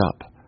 up